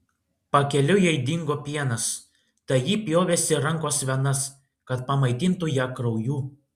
pakeliui jai dingo pienas tai ji pjovėsi rankos venas kad pamaitintų ją krauju